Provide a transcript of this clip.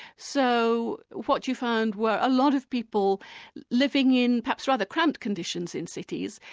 so what you found were a lot of people living in perhaps rather cramped conditions in cities,